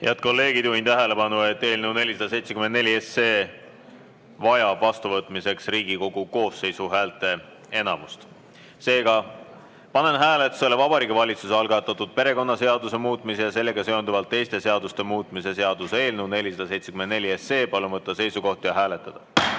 kolleegid, juhin tähelepanu, et eelnõu 474 vajab vastuvõtmiseks Riigikogu koosseisu häälteenamust. Panen hääletusele Vabariigi Valitsuse algatatud perekonnaseaduse muutmise ja sellega seonduvalt teiste seaduste muutmise seaduse eelnõu 474. Palun võtta seisukoht ja hääletada!